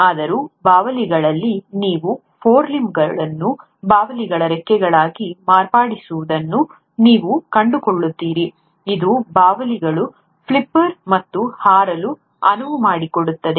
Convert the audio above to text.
ಆದರೂ ಬಾವಲಿಗಳಲ್ಲಿ ನೀವು ಈ ಫೋರ್ಲಿಂಬ್ಗಳನ್ನು ಬಾವಲಿಗಳ ರೆಕ್ಕೆಗಳಾಗಿ ಮಾರ್ಪಡಿಸಿರುವುದನ್ನು ನೀವು ಕಂಡುಕೊಳ್ಳುತ್ತೀರಿ ಇದು ಬಾವಲಿಗಳು ಫ್ಲಿಪ್ಪರ್ ಮತ್ತು ಹಾರಲು ಅನುವು ಮಾಡಿಕೊಡುತ್ತದೆ